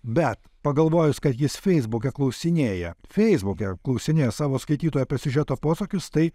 bet pagalvojus kad jis feisbuke klausinėja feisbuke klausinėja savo skaitytoją apie siužeto posūkius tai